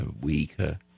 Weaker